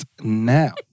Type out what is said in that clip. now